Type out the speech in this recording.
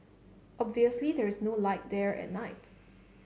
obviously there is no light there at night